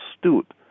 astute